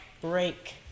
break